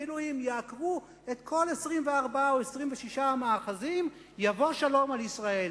כאילו אם יעקרו את כל 24 או 26 המאחזים יבוא שלום על ישראל.